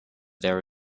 there